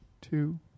two